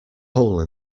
hole